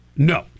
No